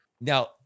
Now